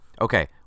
Okay